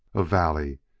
a valley.